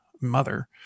mother